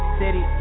city